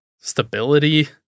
stability